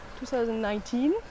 2019